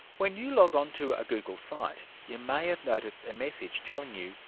when you log on to a google site, you may have noticed a message telling you,